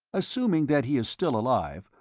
assuming that he is still alive,